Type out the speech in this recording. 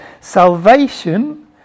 Salvation